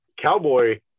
Cowboy